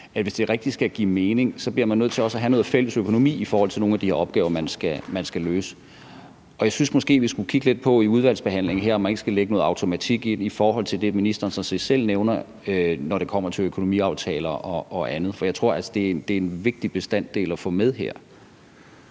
at hvis det rigtig skal give mening, bliver man også nødt til at have noget fælles økonomi i forhold til nogle af de opgaver, man skal løse. Jeg synes måske, vi i udvalgsbehandlingen skulle kigge lidt på, om man ikke skulle lægge noget automatik ind i forhold til det, ministeren sådan set selv nævner, når det kommer til økonomiaftaler og andet, for jeg tror altså, at det er en vigtig bestanddel at få med her.